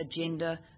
agenda